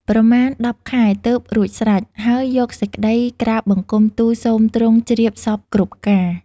ប្រមាណ ១០ ខែ ទើបរួចស្រេច ហើយយកសេចក្ដីក្រាបបង្គំទូលសូមទ្រង់ជ្រាបសព្វគ្រប់ការ ។